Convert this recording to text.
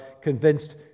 convinced